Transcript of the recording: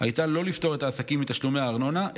הייתה לא לפטור את העסקים מתשלומי ארנונה,